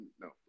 No